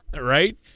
Right